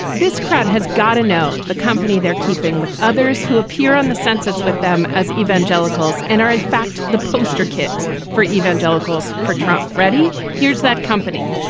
this crowd has got to know the company they're keeping with others who appear on the census with them as evangelicals and are in fact, the poster kids for evangelicals for trump. ready? here's that company.